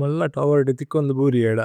മല്ല തോവര്ദ് ഥികോന്ദ് ഭുരിഏദ